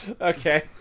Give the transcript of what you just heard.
Okay